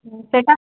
ହଁ ହଁ ସେଇଟା